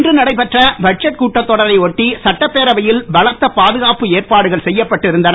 இன்று நடைபெற்ற பட்ஜெட் கூட்டத்தொடரை ஒட்டி சட்டபேரவையில் பலத்த பாதுகாப்பு ஏற்பாடுகள் செய்யப்பட்டு இருந்தது